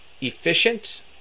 efficient